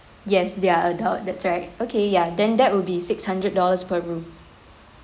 yes they're adult that's right okay ya then that would be six hundred dollars per room